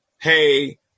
hey